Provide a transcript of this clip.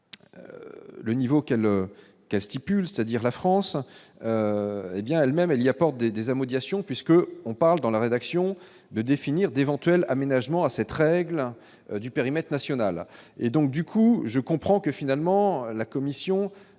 Le niveau auquel cas stipule, c'est-à-dire la France, hé bien elle même, elle y apporte des des amodiation puisque on parle dans la rédaction de définir d'éventuels aménagements à cette règle du périmètre national et donc du coup je comprends que finalement la commission